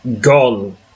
gone